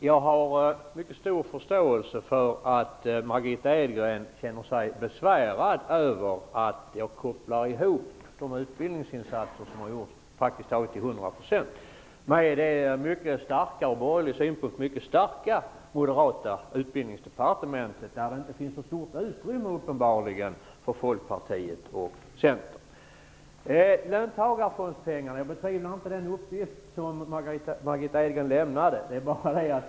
Herr talman! Jag har stor förståelse för att Margitta Edgren känner sig besvärad av att jag till praktiskt taget hundra procent kopplar ihop de utbildningsinsatser som har gjorts med det ur borgerlig synpunkt, mycket starka moderata utbildningsdepartementet, där det uppenbarligen inte finns något större utrymme för folkpartiet och centern. Jag betvivlar inte den uppgift som Margitta Edgren lämnade angående löntagarfondspengarna.